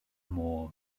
môr